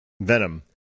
Venom